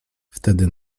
wtedy